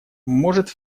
может